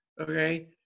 okay